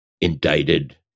indicted